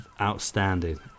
outstanding